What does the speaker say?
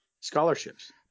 Scholarships